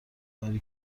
کاری